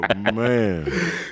Man